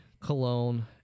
cologne